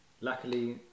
Luckily